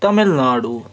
Tamil Nadu